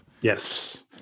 Yes